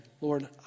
Lord